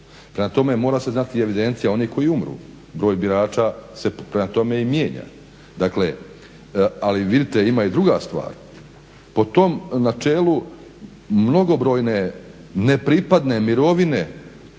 Prema tome, mora se znati i evidencija onih koju umru, broj birača se prema tome i mijenja. Dakle, ali vidite ima i druga stvar, po tom načelu mnogobrojne nepripadne mirovine